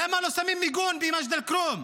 למה לא שמים מיגון במג'ד אל-כרום?